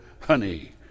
Honey